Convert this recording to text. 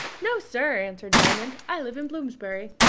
no sir answered diamond. i live in bloomsbury.